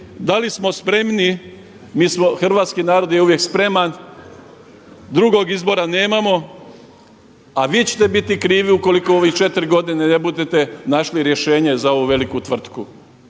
da li smo spremni. Mi smo, hrvatski narod je uvijek spreman. Drugog izbora nemamo, a vi ćete biti krivi ukoliko u ovih 4 godine budete našli rješenje za ovu veliku tvrtku.